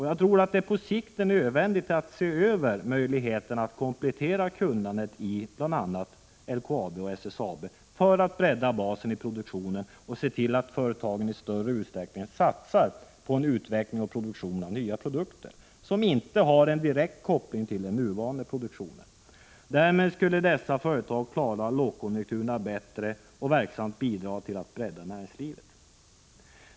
Jag tror att det på sikt är nödvändigt att se över möjligheterna att komplettera kunnandet i bl.a. LKAB och SSAB för att bredda basen i produktionen och se till att företagen i större utsträckning satsar på en utveckling och produktion av nya produkter, som inte har en direkt koppling till den nuvarande produktionen. Därmed skulle dessa företag klara lågkonjunkturerna bättre och verksamt bidra till att bredda näringslivet.